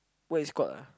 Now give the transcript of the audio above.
what is called ah